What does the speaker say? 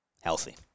healthy